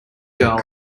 girl